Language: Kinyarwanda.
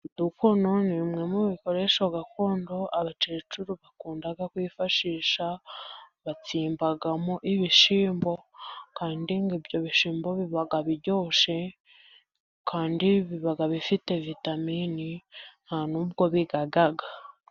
Udukuno ni bimwe mu bikoresho gakondo abakecuru bakunda kwifashisha, batsimbamo ibishyimbo kandi ibyo bishyimbo biba biryoshye kandi biba bifite vitamini nta nubwo bigaga.